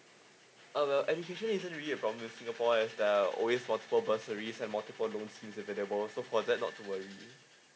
uh our education isn't really from singapore as there are always multiple bursaries and multiple loan schemes that they borrow for that not to worry